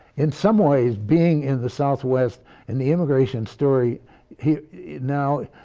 in some ways being in the southwest and the immigration story now,